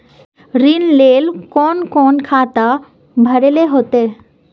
ऋण लेल कोन कोन खाता भरेले होते?